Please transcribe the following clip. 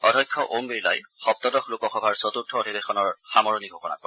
অধ্যক্ষ ওম বিৰলাই সপ্তদশ লোকসভাৰ চতুৰ্থ অধিবেশনৰ সামৰণি ঘোষণা কৰে